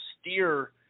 steer